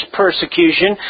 persecution